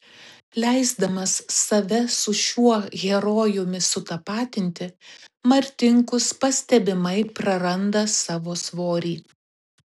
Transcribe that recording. leisdamas save su šiuo herojumi sutapatinti martinkus pastebimai praranda savo svorį